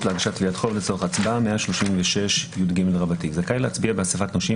להגשת תביעות חוב לצורך הצבעה זכאי להצביע באסיפת נושים